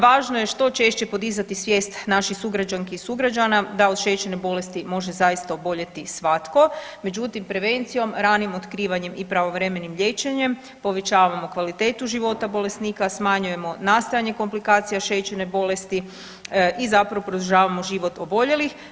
Važno je što češće podizati svijest naših sugrađanki i sugrađana da od šećerne bolesti može zaista oboljeti svatko, međutim prevencijom, ranim otkrivanjem i pravovremenim liječenjem povećavamo kvalitetu života bolesnika, smanjujemo nastajanje komplikacija šećerne bolesti i zapravo produžavamo život oboljelih.